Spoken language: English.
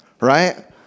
right